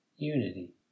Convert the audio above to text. Unity